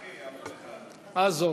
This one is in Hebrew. אֲזורי.